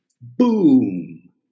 Boom